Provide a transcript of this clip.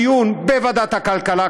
הדיון בוועדת הכלכלה.